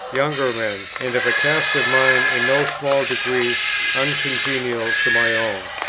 younger men, and of a cast of mind in no small degree uncongenial to my own.